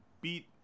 beat